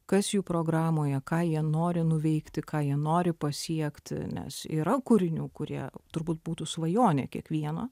kas jų programoje ką jie nori nuveikti ką jie nori pasiekti nes yra kūrinių kurie turbūt būtų svajonė kiekvieno